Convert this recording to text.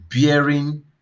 bearing